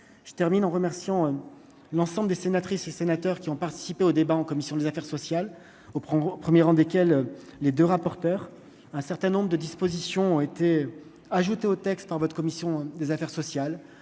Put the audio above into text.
je termine en remerciant l'ensemble des sénatrices et sénateurs qui ont participé aux débats en commission des affaires sociales oh prend au 1er rang desquels les 2 rapporteurs, un certain nombre de dispositions ont été ajoutées au texte votre commission des affaires sociales,